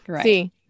see